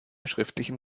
schriftlichen